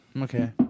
Okay